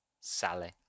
Sally